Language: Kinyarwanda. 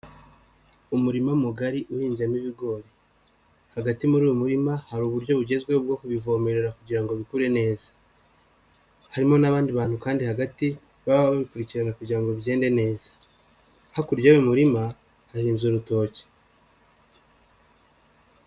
Umurima mugari uhinzemo ibigori, hagati muri uyu murima hari uburyo bugezweho bwo kubivomerera kugira ngo bikure neza, harimo n'abandi bantu kandi hagati baba babikurikirana kugira ngo bigende neza, hakurya y'uyu murima hahinze urutoki.